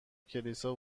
کلیسا